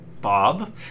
Bob